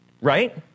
right